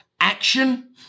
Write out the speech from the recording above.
Action